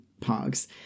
pogs